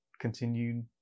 continued